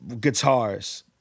guitars